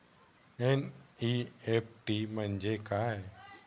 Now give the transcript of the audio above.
NEFT म्हणजे काय?